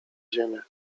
ziemię